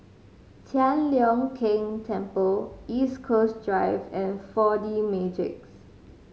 Tian Leong Keng Temple East Coast Drive and Four D Magix